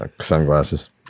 Sunglasses